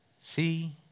see